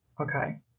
Okay